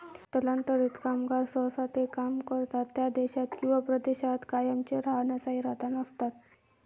स्थलांतरित कामगार सहसा ते काम करतात त्या देशात किंवा प्रदेशात कायमचे राहण्याचा इरादा नसतात